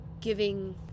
giving